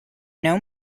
know